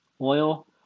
oil